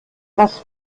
das